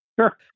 Sure